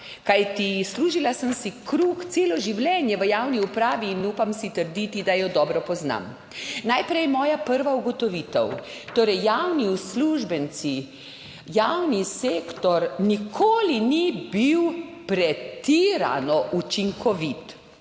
Kajti, služila sem si kruh celo življenje v javni upravi in upam si trditi, da jo dobro poznam. Najprej moja prva ugotovitev, torej javni uslužbenci, javni sektor nikoli ni bil pretirano učinkovit.